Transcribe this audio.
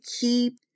keep